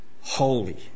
holy